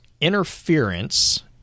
interference